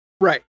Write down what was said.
right